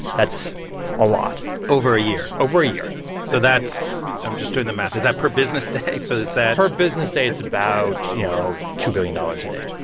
that's a lot over a year? over a year so that's i'm just doing the math. is that per business day? so is that. per business day, it's about, you know, two billion dollars a day